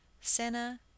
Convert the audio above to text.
senna